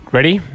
Ready